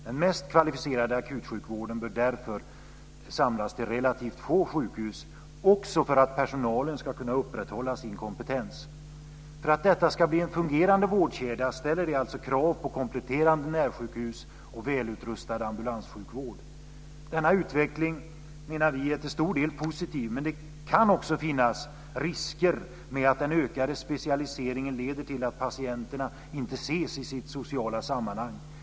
Den mest kvalificerade akutsjukvården bör därför samlas till relativt få sjukhus, också för att personalen ska kunna upprätthålla sin kompetens. För att detta ska bli en fungerande vårdkedja ställs det också krav på kompletterande närsjukhus och välutrustad ambulanssjukvård. Vi menar att denna utveckling till stor del är positiv. Det kan dock finnas en risk att den ökade specialiseringen leder till att patienterna inte ses i sitt sociala sammanhang.